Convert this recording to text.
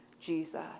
Jesus